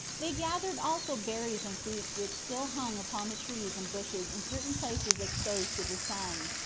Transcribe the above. they gathered also berries and fruits which still hung upon the trees and bushes in certain places exposed to the sun.